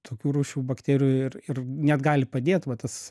tokių rūšių bakterijų ir ir net gali padėt va tas